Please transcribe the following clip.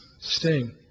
sting